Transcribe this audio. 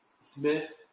Smith